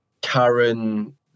Karen